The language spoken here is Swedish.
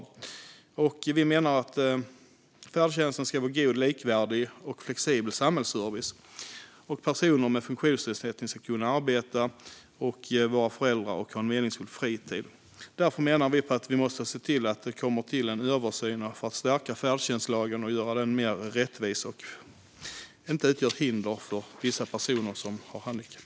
Vi menar att färdtjänsten ska vara en god, likvärdig och flexibel samhällsservice. Personer med funktionsnedsättning ska kunna arbeta, vara föräldrar och ha en meningsfull fritid. Därför måste en översyn av färdtjänstlagen göras för att stärka densamma och göra den mer rättvis så att den inte utgör ett hinder för vissa personer med handikapp.